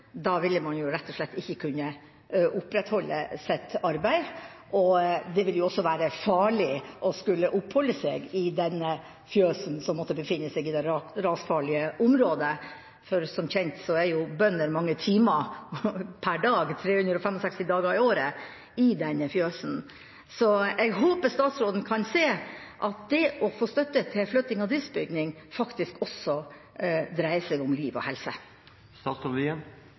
da vil man jo rett og slett ikke kunne opprettholde sitt arbeid. Det vil jo også være farlig å oppholde seg i et fjøs som måtte befinne seg i det rasfarlige området. Som kjent er jo bønder mange timer per dag 365 dager i året i dette fjøset. Jeg håper statsråden kan se at det å få støtte til flytting av driftsbygning faktisk også dreier seg om liv og